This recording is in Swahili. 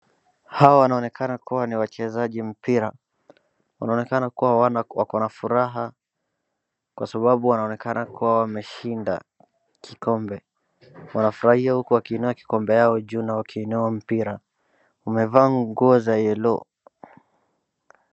Hawa wanaonekana kuwa ni wachezaji mpira. Wanaonekana kuwa wako na furaha kwa sababu wanaonekana kuwa wameshinda kikombe. Wanafurahia huku wakiinua kikombe yao juu na wakiinua mpira. Wamevaa nguo za yellow .